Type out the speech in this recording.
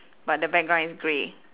but the background is grey